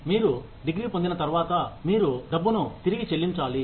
కానీ మీరు డిగ్రీ పొందిన తర్వాత మీరు డబ్బును తిరిగి చెల్లించాలి